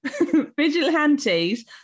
Vigilantes